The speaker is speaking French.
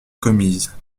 commises